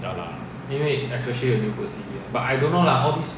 ya lah